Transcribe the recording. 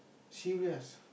serious